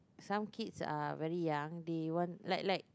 some kids are very young they want like like